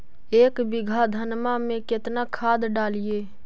एक बीघा धन्मा में केतना खाद डालिए?